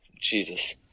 Jesus